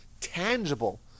tangible